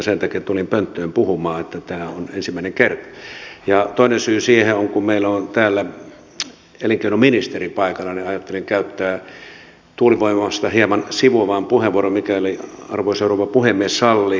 sen takia tulin pönttöön puhumaan että tämä on ensimmäinen kerta ja toinen syy siihen on se että kun meillä on täällä elinkeinoministeri paikalla niin ajattelin käyttää tuulivoimaa hieman sivuavan puheenvuoron mikäli arvoisa rouva puhemies sallii